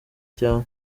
cyane